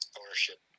ownership